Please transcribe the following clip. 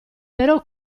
però